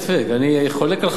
אני חולק על חברי,